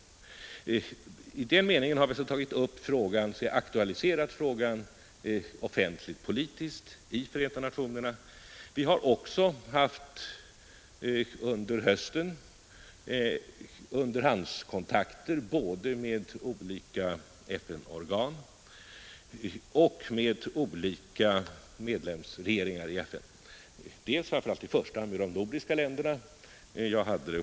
I den meningen har vi aktualiserat frågan offentligt-politiskt i dels styras av det enda nationerna. Vi har under hösten också haft underhandskontakter både med olika FN-organ och med olika medlemsregeringar i FN, i första hand med de nordiska länderna.